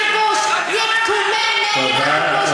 תודה.